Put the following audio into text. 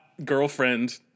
Girlfriend